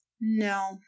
No